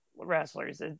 wrestlers